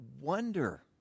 wonder